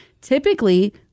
Typically